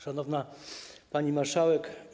Szanowna Pani Marszałek!